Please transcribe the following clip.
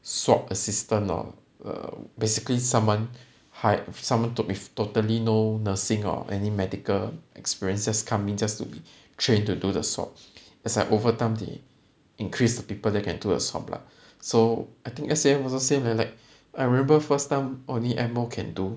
swab assistant hor uh basically someone hi~ someone tol~ with totally no nursing or medical experience just come in just to be trained to do the swab just like over time they increase the people that can do the swab lah so I think S_A_F also same leh like I remember first time only M_O can do